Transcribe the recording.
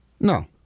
No